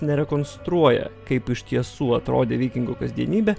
nerekonstruoja kaip iš tiesų atrodė vikingų kasdienybė